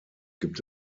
gibt